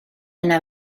yna